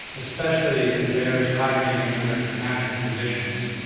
especially in bears hibernating under natural conditions.